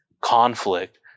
conflict